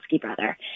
brother